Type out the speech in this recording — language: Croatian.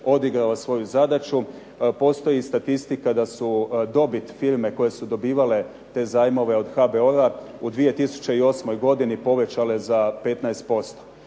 odigrala svoju zadaću. Postoji statistika da su dobit firme koje su dobivale te zajmove od HBOR-a u 2008. godini povećale za 15%.